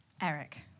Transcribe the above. Eric